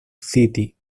city